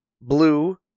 blue